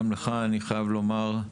גם לך אני חייב לומר,